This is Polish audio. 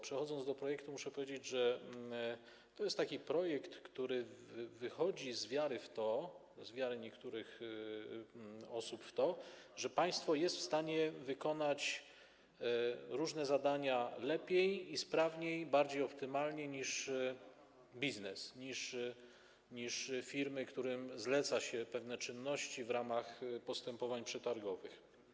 Przechodząc do projektu, muszę powiedzieć, że to jest projekt, który wychodzi z wiary niektórych osób w to, że państwo jest w stanie wykonać różne zadania lepiej i sprawniej, bardziej optymalnie niż biznes, niż firmy, którym zleca się pewne czynności w ramach postępowań przetargowych.